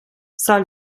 سال